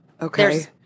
Okay